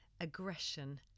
aggression